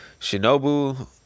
shinobu